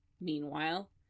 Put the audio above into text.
Meanwhile